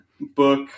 book